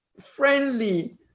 friendly